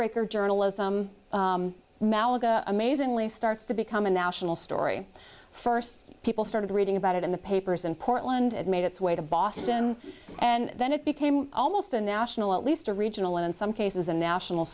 raker journalism malaga amazingly starts to become a national story first people started reading about it in the papers in portland it made its way to boston and then it became almost a national at least a regional in some cases a national